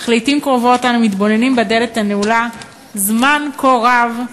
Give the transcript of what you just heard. אך לעתים קרובות אנו מתבוננים בדלת הנעולה זמן כה רב,